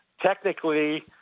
technically